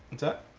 and